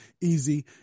Easy